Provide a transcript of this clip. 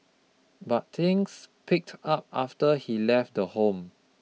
but things picked up after he left the home